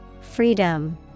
Freedom